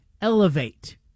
elevate